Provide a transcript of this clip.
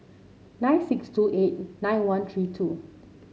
nine six two eight nine one three two